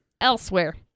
Elsewhere